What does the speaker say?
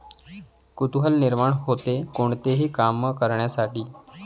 कुतूहल निर्माण होते, कोणतेही काम करण्यासाठी